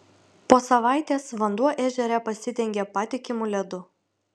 po savaitės vanduo ežere pasidengė patikimu ledu